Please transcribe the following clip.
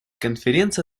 конференция